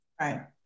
Right